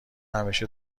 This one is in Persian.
همیشه